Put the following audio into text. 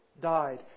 died